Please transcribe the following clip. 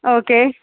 okay